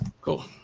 Cool